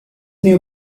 new